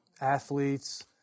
Athletes